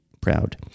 proud